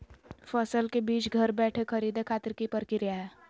फसल के बीज घर बैठे खरीदे खातिर की प्रक्रिया हय?